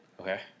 Okay